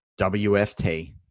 WFT